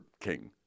king